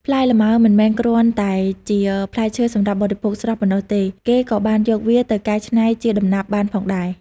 ផ្លែលម៉ើមិនមែនគ្រាន់តែជាផ្លែឈើសម្រាប់បរិភោគស្រស់ ប៉ុណ្ណោះទេ គេក៏បានយកវាទៅកៃច្នៃជាដំណាប់បានផងដែរ។